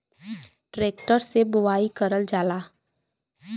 tractor से बोवाई करल जाला